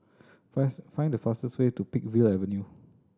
find the fastest way to Peakville Avenue